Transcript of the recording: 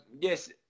yes